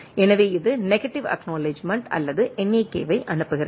எனவே இது negative acknowledgement அல்லது NAK ஐ அனுப்புகிறது